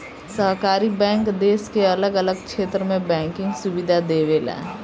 सहकारी बैंक देश के अलग अलग क्षेत्र में बैंकिंग सुविधा देवेला